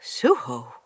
Suho